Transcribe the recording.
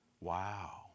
wow